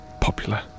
popular